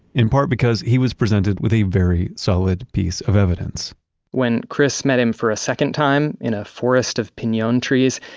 in part, because he was presented with a very solid piece of evidence when chris met him for a second time, in a forest of pinon trees,